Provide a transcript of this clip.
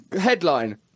Headline